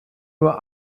nur